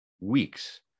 weeks